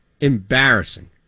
Embarrassing